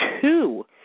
two